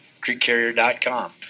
CreekCarrier.com